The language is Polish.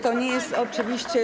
To nie jest oczywiście.